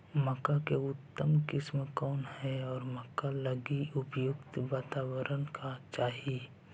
मक्का की उतम किस्म कौन है और मक्का लागि उपयुक्त बाताबरण का चाही?